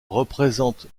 représente